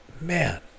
man